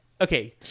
Okay